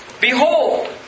Behold